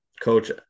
Coach